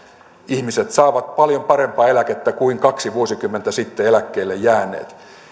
ihmiset saavat paljon parempaa eläkettä kuin kaksi vuosikymmentä sitten eläkkeelle jääneet niistä ihmisistä jotka ovat jääneet